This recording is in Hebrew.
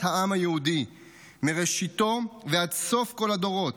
העם היהודי מראשיתו ועד סוף כל הדורות,